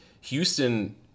Houston